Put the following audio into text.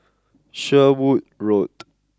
Sherwood Road